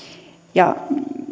ja